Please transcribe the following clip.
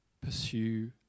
pursue